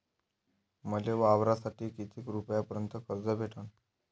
मले वावरासाठी किती रुपयापर्यंत कर्ज भेटन?